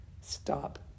Stop